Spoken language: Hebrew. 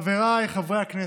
חבריי חברי הכנסת,